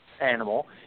Animal